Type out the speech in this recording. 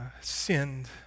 sinned